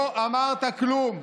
לא אמרת כלום,